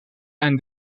and